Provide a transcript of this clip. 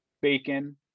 bacon